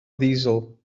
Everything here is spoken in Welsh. ddiesel